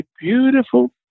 beautiful